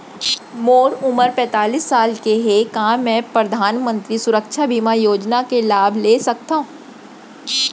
मोर उमर पैंतालीस साल हे का मैं परधानमंतरी सुरक्षा बीमा योजना के लाभ ले सकथव?